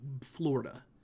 Florida